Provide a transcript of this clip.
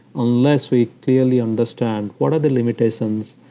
unless we clearly understand what are the limitations,